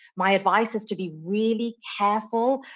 my advice is to be really careful.